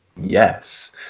Yes